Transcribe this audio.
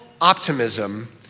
optimism